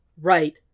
Right